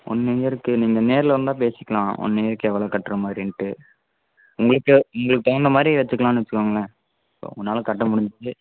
one இயருக்கு நீங்கள் நேரில் வந்தால் பேசிக்கலாம் ஒன் இயருக்கு எவ்வளோ கட்டுற மாதிரின்ட்டு உங்களுக்கு உங்களுக்கு தகுந்தமாதிரி வச்சுக்கலான்னு வச்சுக்கோங்களேன் இப்போ உங்களால் கட்ட முடிஞ்சது